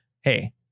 hey